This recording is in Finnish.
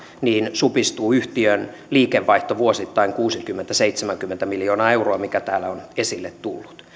supistuu yhtiön liikevaihto vuosittain kuusikymmentä viiva seitsemänkymmentä miljoonaa euroa mikä täällä on esille tullut